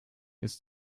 ist